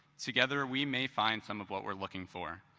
together we may find some of what we are looking for,